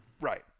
Right